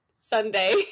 Sunday